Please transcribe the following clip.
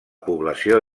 població